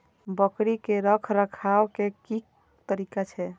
बकरी के रखरखाव के कि तरीका छै?